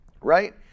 right